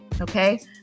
okay